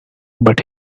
but